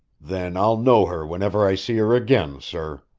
then i'll know her whenever i see her again, sir.